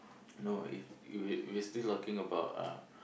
no if you we we're still talking about uh